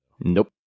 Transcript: Nope